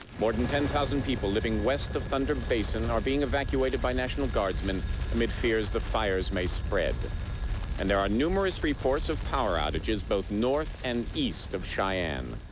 more than ten thousand people living west of thunder basin are being evacuated by national guardsmen amid fears the fires may spread and there are numerous reports reports of power outages both north and east of cheyenne.